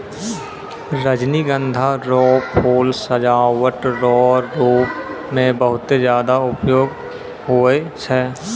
रजनीगंधा रो फूल सजावट रो रूप मे बहुते ज्यादा उपयोग हुवै छै